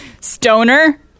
Stoner